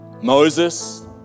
Moses